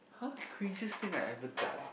!huh! craziest thing I ever done